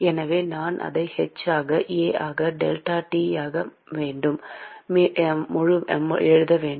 எனவே நான் அதை h ஆக A ஆக டெல்டா T ஆக மீண்டும் எழுத முடியும்